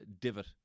divot